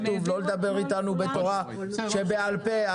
לא לדבר אתנו בתורה שבעל פה.